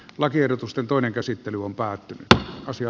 lakiehdotusten toinen käsittely on päättynyt ja asia